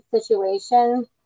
situation